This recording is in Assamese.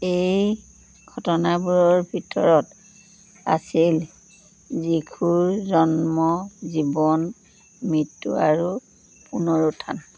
এই ঘটনাবোৰৰ ভিতৰত আছিল যীশুৰ জন্ম জীৱন মৃত্যু আৰু পুনৰুত্থান